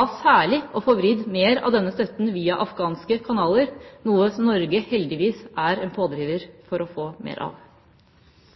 gjelder å få vridd mer av denne støtten via afghanske kanaler, noe som Norge heldigvis er en pådriver for å få mer av.